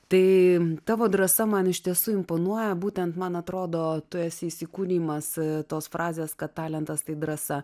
tai tavo drąsa man iš tiesų imponuoja būtent man atrodo tu esi įsikūnijimas tos frazės kad talentas tai drąsa